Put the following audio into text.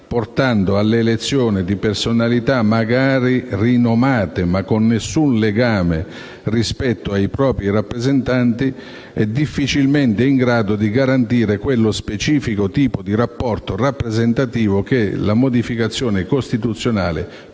portando all'elezione di personalità, magari rinomate, ma con nessun legame rispetto ai propri rappresentanti e difficilmente in grado di garantire quello specifico tipo di rapporto rappresentativo che la modificazione costituzionale, piaccia